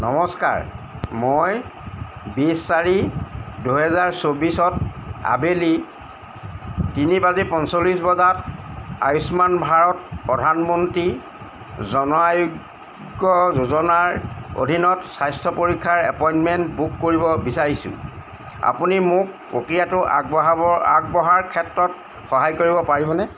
নমস্কাৰ মই বিছ চাৰি দুহেজাৰ চৌবিছত আবেলি তিনি বাজি পঞ্চল্লিছ বজাত আয়ুষ্মান ভাৰত প্ৰধানমন্ত্ৰী জন আৰোগ্য যোজনাৰ অধীনত স্বাস্থ্য পৰীক্ষাৰ এপইণ্টমেণ্ট বুক কৰিব বিচাৰিছোঁ আপুনি মোক প্ৰক্ৰিয়াটোত আগবঢ়াবৰ আগবঢ়াৰ ক্ষেত্ৰত সহায় কৰিব পাৰিবনে